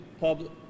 public